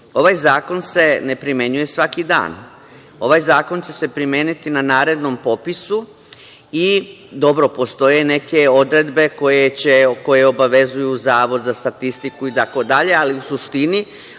Ovaj zakon se ne primenjuje svaki dan. Ovaj zakon će se primeniti na narednom popisu. Dobro, postoje neke odredbe koje obavezuju Zavod za statistiku itd, ali u suštini